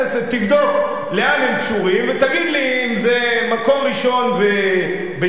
תבדוק לאן הם קשורים ותגיד לי אם זה "מקור ראשון" ו"בשבע",